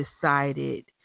decided